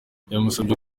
yanasabye